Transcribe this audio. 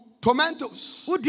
tomatoes